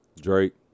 Drake